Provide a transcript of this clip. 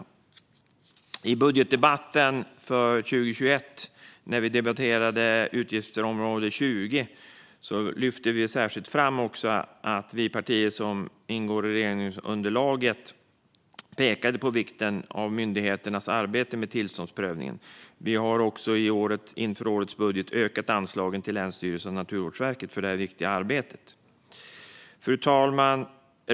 Enligt budgetdebatten för 2021, när vi debatterade utgiftsområde 20, lyfte vi, alltså de partier som ingår i regeringsunderlaget, särskilt fram vikten av myndigheternas arbete med tillståndsprövningen. Vi har också i årets budget ökat anslagen till länsstyrelser och Naturvårdsverket för det viktiga arbetet. Fru talman!